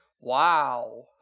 Wow